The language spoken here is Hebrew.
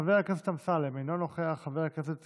חבר הכנסת אמסלם, אינו נוכח, חבר הכנסת